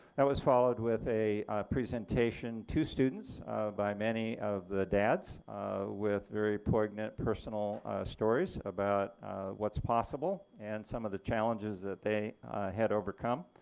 that was followed with a presentation to students by many of the dads with very poignant personal stories about what's possible and some of the challenges that they had overcome.